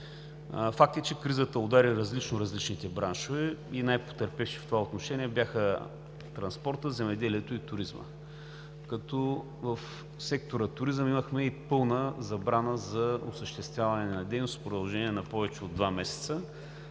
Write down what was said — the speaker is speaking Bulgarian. Факт е, че кризата удари различно различните браншове и най-потърпевши в това отношение бяха транспортът, земеделието и туризмът, като в сектор „Туризъм“ имахме и пълна забрана за осъществяване на дейност в продължение на повече от два месеца.